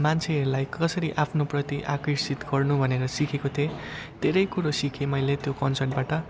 मान्छेहरूलाई कसरी आफ्नोप्रति आकर्षित गर्नु भनेर सिकेको थिएँ धेरै कुरो सिकेँ मैले त्यो कन्सर्टबाट